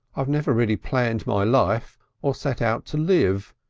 i've never really planned my life or set out to live.